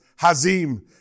Hazim